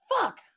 fuck